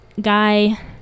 guy